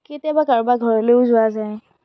কেতিয়াবা কাৰোবাৰ ঘৰলৈয়ো যোৱা যায়